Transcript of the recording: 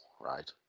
right